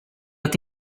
att